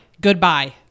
Goodbye